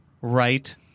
right